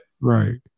right